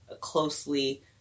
closely